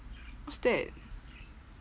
what's that